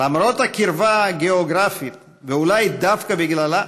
למרות הקרבה הגיאוגרפית, ואולי דווקא בגללה,